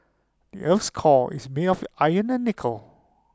the Earth's core is made of iron and nickel